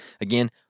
Again